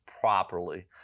properly